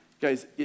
Guys